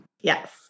Yes